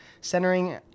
centering